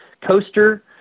coaster